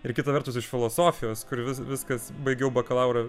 ir kita vertus iš filosofijos kur viskas baigiau bakalaurą